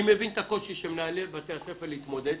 אני מבין את הקושי של מנהלי בתי הספר להתמודד.